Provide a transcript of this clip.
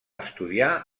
estudiar